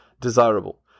desirable